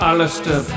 Alistair